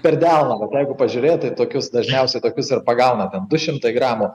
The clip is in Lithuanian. per delną vat jeigu pažiūrėt tai tokius dažniausiai tokius ir pagauna ten du šimtai gramų